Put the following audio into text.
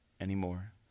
anymore